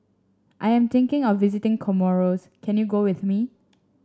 I am thinking of visiting Comoros can you go with me